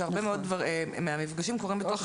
העסקה שהרבה מאוד מפגשים קורים בתוך דירות.